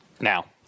Now